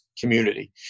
community